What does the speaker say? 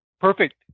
Perfect